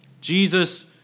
Jesus